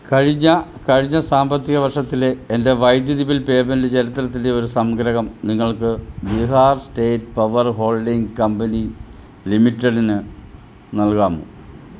കഴിഞ്ഞ കഴിഞ്ഞ സാമ്പത്തിക വർഷത്തിലെ എൻ്റെ വൈദ്യുതി ബിൽ പേയ്മെൻ്റ് ചരിത്രത്തിൻ്റെ ഒരു സംഗ്രഹം നിങ്ങൾക്ക് Bihar state power holding company ലിമിറ്റഡിന് നൽകാമോ